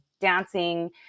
dancing